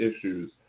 issues